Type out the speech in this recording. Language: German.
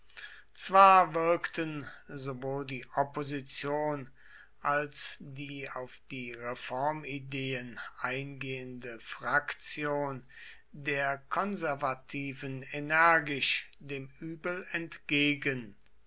zwar wirkten sowohl die opposition als die auf die reformideen eingehende fraktion der konservativen energisch dem übel entgegen